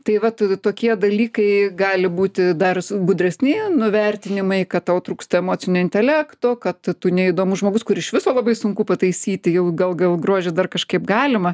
tai vat tokie dalykai gali būti dar gudresni nuvertinimai kad tau trūksta emocinio intelekto kad tu neįdomus žmogus kur iš viso labai sunku pataisyti jau gal gal grožio dar kažkaip galima